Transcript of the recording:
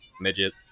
midget